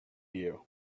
you